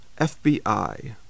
FBI